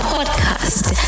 Podcast